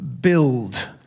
build